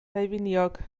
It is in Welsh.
daufiniog